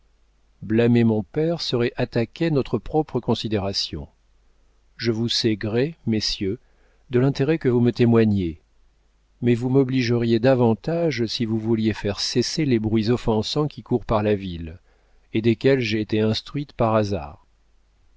blâmer mon père serait attaquer notre propre considération je vous sais gré messieurs de l'intérêt que vous me témoignez mais vous m'obligeriez davantage si vous vouliez faire cesser les bruits offensants qui courent par la ville et desquels j'ai été instruite par hasard